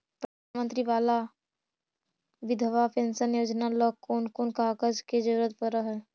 प्रधानमंत्री बाला बिधवा पेंसन योजना ल कोन कोन कागज के जरुरत पड़ है?